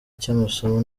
cy’amasomo